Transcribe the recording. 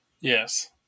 Yes